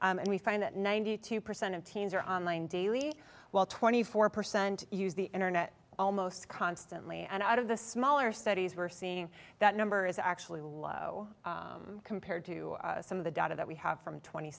standard and we find that ninety two percent of teens are on line daily while twenty four percent use the internet almost constantly and out of the smaller studies we're seeing that number is actually low compared to some of the data that we have from tw